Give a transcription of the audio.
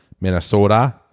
minnesota